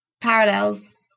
parallels